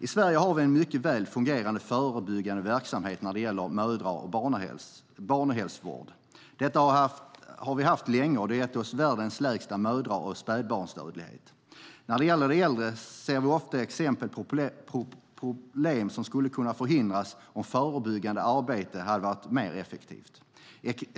I Sverige har vi en mycket väl fungerande förebyggande verksamhet när det gäller mödra och barnhälsovård. Detta har vi haft länge, och det har gett oss världens lägsta mödra och spädbarnsdödlighet. När det gäller de äldre ser vi ofta exempel på problem som skulle ha kunnat förhindras om det förebyggande arbetet varit effektivare.